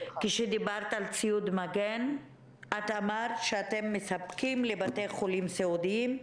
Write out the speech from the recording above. כשדיברת על ציוד מגן אמרת שאתם מספקים לבתי חולים סיעודיים,